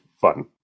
fun